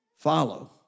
follow